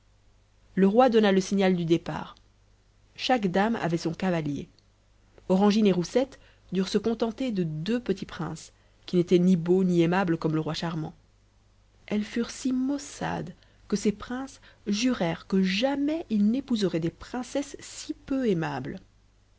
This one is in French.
le roi donna le signal du départ chaque dame avait son cavalier orangine et roussette durent se contenter de deux petits princes qui n'étaient ni beaux ni aimables comme le roi charmant elles furent si maussades que ces princes jurèrent que jamais ils n'épouseraient des princesses si peu aimables